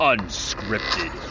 Unscripted